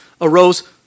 arose